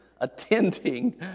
attending